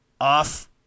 off